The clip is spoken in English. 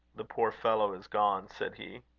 the poor fellow is gone, said he.